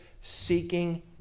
seeking